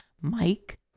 Mike